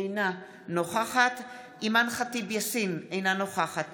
אינה נוכחת אימאן ח'טיב יאסין, אינה נוכחת